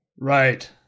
Right